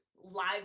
live